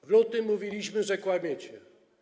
W lutym mówiliśmy, że kłamiecie.